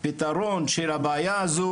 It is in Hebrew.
זה לא מפחיד אותי בכלל.